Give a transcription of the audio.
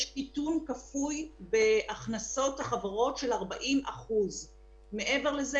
יש מיתון כפוי בהכנסות החברות של 40%. מעבר לזה,